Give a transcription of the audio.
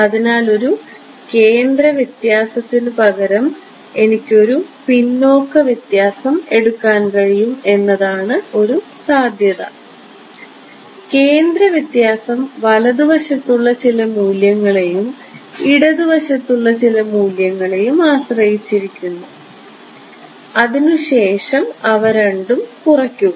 അതിനാൽ ഒരു കേന്ദ്രവ്യത്യാസത്തിനുപകരം എനിക്ക് ഒരു പിന്നോക്ക വ്യത്യാസം എടുക്കാൻ കഴിയും എന്നതാണ് ഒരു സാധ്യത കേന്ദ്ര വ്യത്യാസം വലതുവശത്തുള്ള ചില മൂല്യങ്ങളെയും ഇടത് വശത്തുള്ള ചില മൂല്യങ്ങളെയും ആശ്രയിച്ചിരിക്കുന്നു അതിനുശേഷം അവ രണ്ടും കുറയ്ക്കുക